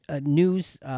news